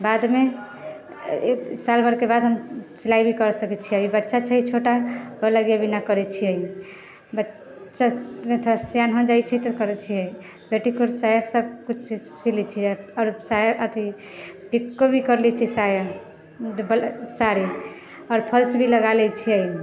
बादमे साल भरके बाद हम सिलाइ भी कऽ सकैत छियै अभी बच्चा छै छोटा ओहि लेके अभी ना करैत छियै बच्चा थोड़ा सेआन हो जाइत छै तऽ करैत छिऐ पेटिकोट साया सब किछु सी लैत छियै आओर साया अथी पिको भी कर लेइत छियै साया साड़ी आओर फ़ॉल्स भी लगा लेइत छियै